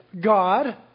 God